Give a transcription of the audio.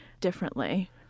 differently